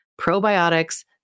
probiotics